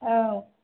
औ